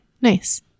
nice